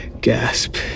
gasp